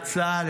את צה"ל,